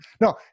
No